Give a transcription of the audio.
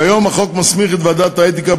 כיום החוק מסמיך את ועדת האתיקה,